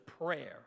prayer